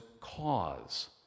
cause